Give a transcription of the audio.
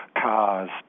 cars